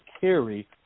carry